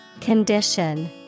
Condition